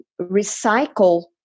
recycle